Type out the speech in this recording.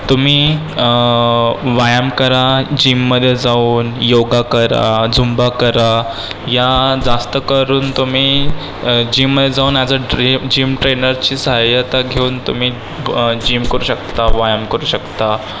तुम्ही व्यायाम करा जिममध्ये जाऊन योगा करा झुंबा करा या जास्तकरून तुम्ही जिममध्ये जाऊन ऍज अ ट्रि जिम ट्रेनरची साह्यता घेऊन तुम्ही जिम करू शकता व्यायाम करू शकता